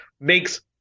makes